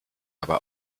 aber